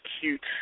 cute